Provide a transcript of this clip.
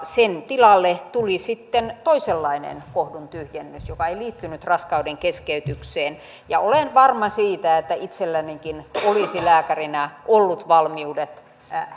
sen tilalle tuli sitten toisenlainen kohdun tyhjennys joka ei liittynyt raskaudenkeskeytykseen olen varma siitä että itsellänikin olisi lääkärinä ollut valmiudet